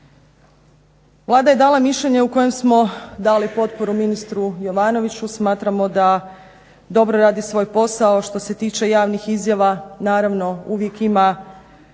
Vlada je dala mišljenje u kojem smo dali potporu ministru Jovanoviću. Smatramo da dobro radi svoj posao. Što se tiče javnih izjava naravno uvijek ima